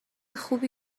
خوبی